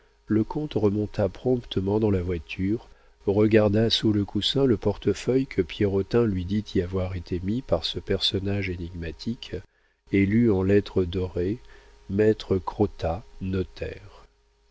le comte remonta promptement dans la voiture regarda sous le coussin le portefeuille que pierrotin lui dit y avoir été mis par ce personnage énigmatique et lut en lettres dorées maître crottat